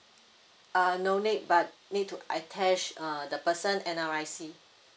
uh no need but need to attach err the person N_R_I_C